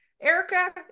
erica